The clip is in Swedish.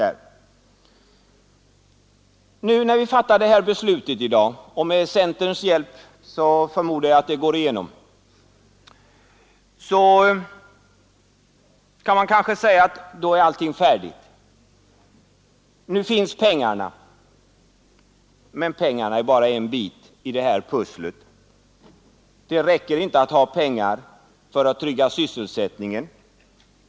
När vi har fattat detta beslut i dag — jag förmodar att förslaget går igenom med centerns hjälp — kan man kanske säga: Allting är färdigt, nu finns pengarna. Men pengarna är bara en bit i det här pusslet! Det räcker inte att bara ha pengar för att trygga sysselsättningen.